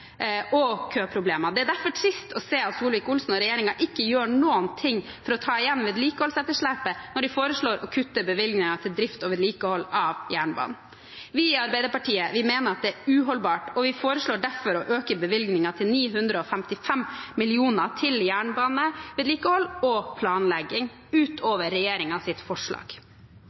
og køproblemer. Det er derfor trist å se at Solvik-Olsen og regjeringen ikke gjør noen ting for å ta igjen vedlikeholdsetterslepet når de foreslår å kutte bevilgninger til drift og vedlikehold av jernbanen. Vi i Arbeiderpartiet mener at det er uholdbart, og vi foreslår derfor å øke bevilgningene til jernbanevedlikehold og planlegging til 955 mill. kr – utover regjeringens forslag.